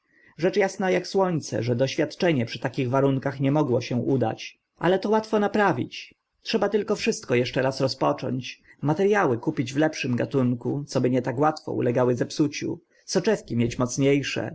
asna ak słońce że doświadczenie przy takich warunkach nie mogło się udać ale to łatwo naprawić trzeba tylko wszystko raz eszcze rozpocząć materiały kupić w lepszym gatunku co by nie tak łatwo ulegały zepsuciu soczewki mieć mocnie